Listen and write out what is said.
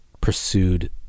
pursued